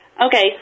Okay